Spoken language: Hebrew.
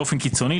באופן קיצוני,